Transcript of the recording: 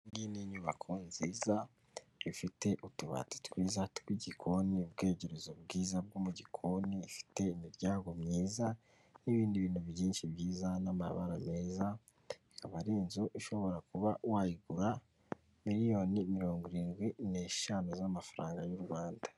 Iyi ni nyubako nziza, ifite utubati twiza tw'igikoni, ubwogero bwiza bwo mu gikoni, ifite imiryango myiza n'ibindi bintu byinshi byiza n'amabara meza, akaba ari inzu ushobora kuba wayigura miliyoni mirongo irindwi n'eshanu z'amafaranga y'Urwanda.